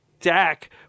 Dak